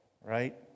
right